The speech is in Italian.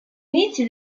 inizi